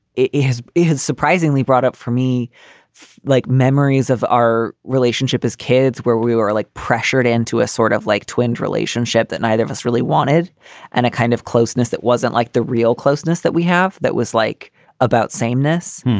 it has it has surprisingly brought up for me like memories of our relationship as kids, where we were pressured into a sort of like twins relationship that neither of us really wanted and a kind of closeness that wasn't like the real closeness that we have. that was like about sameness.